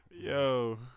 Yo